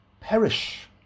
perish